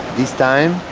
this time,